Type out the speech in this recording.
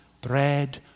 bread